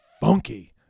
funky